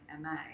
ma